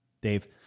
Dave